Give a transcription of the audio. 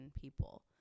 people